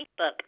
Facebook